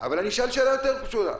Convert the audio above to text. אשאל שאלה יותר פשוטה: